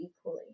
equally